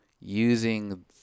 Using